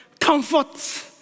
comfort